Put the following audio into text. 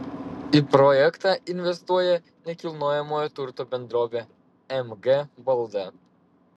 į projektą investuoja nekilnojamojo turto bendrovė mg valda